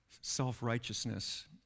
self-righteousness